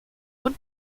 wood